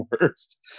worst